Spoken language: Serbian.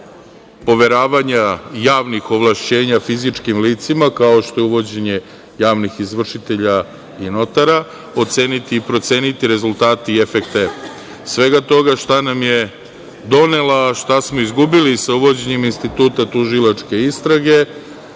poveravanja javnih ovlašćenja fizičkim licima, kao što je uvođenje javnih izvršitelja i notara, oceniti i proceniti rezultate i efekte svega toga, šta nam je donela a šta smo izgubili sa uvođenjem instituta tužilačke istrage,